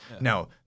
Now